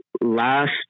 last